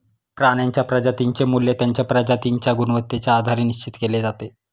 प्राण्यांच्या प्रजातींचे मूल्य त्यांच्या प्रजातींच्या गुणवत्तेच्या आधारे निश्चित केले जाते